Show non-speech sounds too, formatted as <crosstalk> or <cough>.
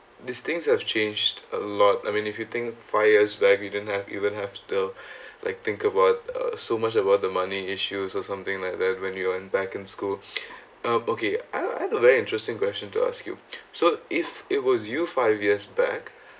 these things have changed a lot I mean if you think five years back you didn't have you don't have to uh <breath> like think about uh so much about the money issues or something like that when you're in back in school <breath> uh okay I I have a very interesting question to ask you so if it was you five years back